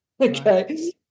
Okay